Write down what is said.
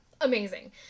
amazing